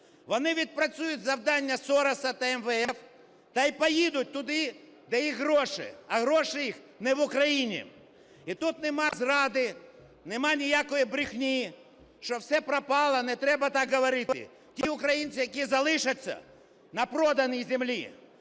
Вони відпрацюють завдання Сороса та МВФ та й поїдуть туди, де їх гроші, а гроші їх не в Україні. І тут нема зради, нема ніякої брехні, що все пропало, не треба так говорити. Ті українці, які залишаться на проданій землі,